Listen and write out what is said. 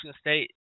State